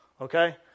Okay